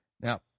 Now